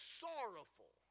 sorrowful